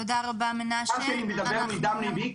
אני מדבר מדם לבי,